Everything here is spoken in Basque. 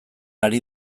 ari